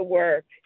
work